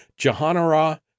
jahanara